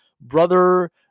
brother